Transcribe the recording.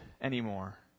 anymore